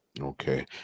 Okay